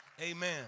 Amen